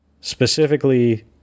specifically